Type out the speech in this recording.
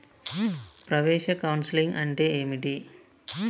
ప్రవేశ కౌన్సెలింగ్ అంటే ఏమిటి?